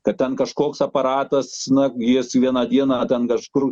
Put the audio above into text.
kad ten kažkoks aparatas na jis vieną dieną ten kažkur